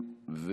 שעה)